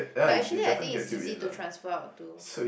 but actually I think it's easy to transfer out to